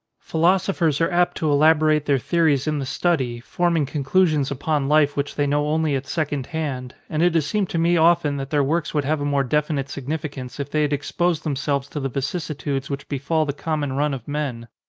phi losophers are apt to elaborate their theories in the study, forming conclusions upon life which they know only at second hand, and it has seemed to me often that their works would have a more defi nite significance if they had exposed themselves to the vicissitudes which befall the common run of men.